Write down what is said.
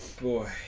...boy